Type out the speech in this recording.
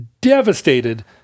devastated